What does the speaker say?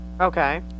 Okay